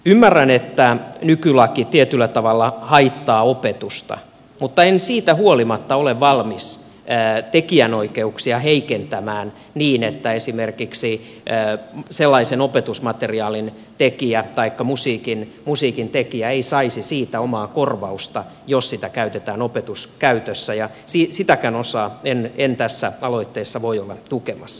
ymmärrän että nykylaki tietyllä tavalla haittaa opetusta mutta en siitä huolimatta ole valmis tekijänoikeuksia heikentämään niin että esimerkiksi sellaisen opetusmateriaalin tekijä taikka musiikintekijä ei saisi siitä omaa korvausta jos sitä käytetään opetuskäytössä ja sitäkään osaa en tässä aloitteessa voi olla tukemassa